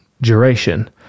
duration